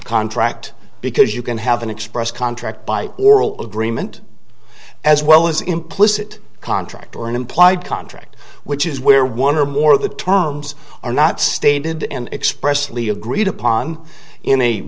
contract because you can have an expressed contract by oral agreement as well as implicit contract or an implied contract which is where one or more of the terms are not stated and expressly agreed upon in a